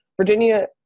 Virginia